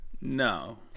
No